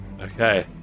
Okay